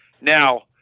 Now